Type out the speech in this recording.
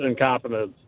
incompetence